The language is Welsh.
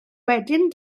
wedyn